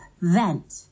Vent